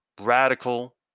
Radical